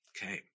Okay